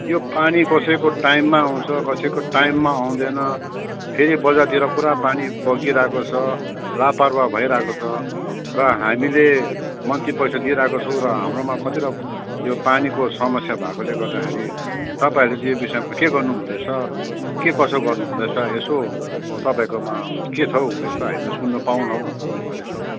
यो पानी कसैको टाइममा आउँछ कसैको टाइममा आउँदैन फेरि बजारतिर पुरा पानी बगिरहेको छ लापरवाह भइरहेको छ र हामीले मन्थली पैसा दिइरहेको छौँ र हाम्रोमा कतिवटा यो पानीको समस्या भएकोले गर्दैखेरि तपाईँहरूले यो विषयमा के गर्नु हुँदैछ के कसो गर्नु हुँदैछ यसो तपाईँहरकोमा के छ हौ यसो हामी सुन्न पाउँ भनेर यसो